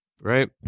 right